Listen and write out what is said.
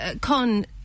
Con